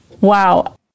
Wow